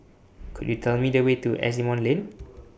Could YOU Tell Me The Way to Asimont Lane